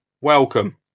welcome